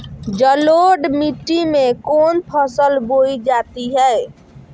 जलोढ़ मिट्टी में कौन फसल बोई जाती हैं?